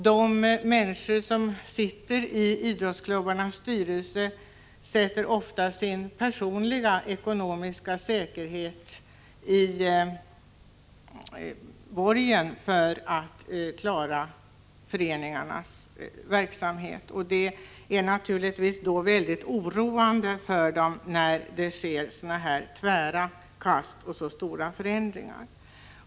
De människor som sitter i idrottsklubbarnas styrelser borgar ofta personligen för föreningarnas verksamhet även när det gäller ekonomin. Det är naturligtvis då mycket oroande för dem att det sker sådana här tvära kast och så stora förändringar.